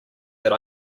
that